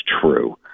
true